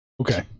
Okay